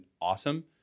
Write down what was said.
awesome